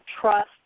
trust